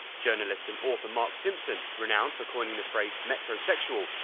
journalist and author mark simpson, renowned for coining the phrase metrosexual,